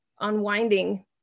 unwinding